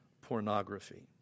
pornography